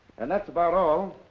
and that's about all.